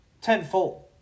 tenfold